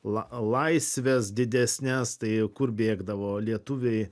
la laisves didesnes tai kur bėgdavo lietuviai